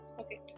Okay